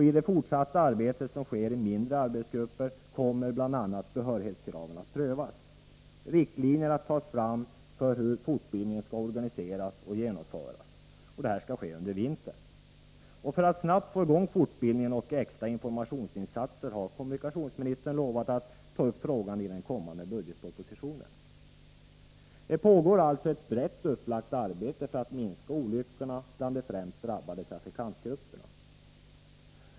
I det fortsatta arbetet, som sker i mindre arbetsgrupper, kommer bl.a. behörighetskraven att prövas och riktlinjer att tas fram för hur fortbildningen skall organiseras och genomföras. Detta skall ske under vintern. För att snabbt få i gång fortbildningen och extra informationsinsatser har kommunikationsministern lovat att ta upp frågan i den kommande budgetpropositionen. Det pågår alltså ett brett upplagt arbete för att minska olyckorna bland de främst drabbade trafikantgrupperna.